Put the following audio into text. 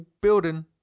building